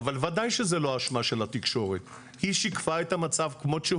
אבל וודאי שזה לא אשמה של התקשורת.